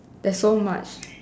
there's so much